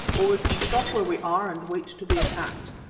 or we can stop where we are and wait to be attacked.